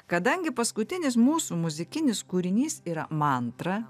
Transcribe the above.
kadangi paskutinis mūsų muzikinis kūrinys yra mantra